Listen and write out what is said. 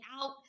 out